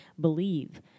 believe